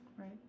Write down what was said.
right